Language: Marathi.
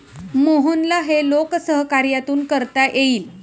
मोहनला हे लोकसहकार्यातून करता येईल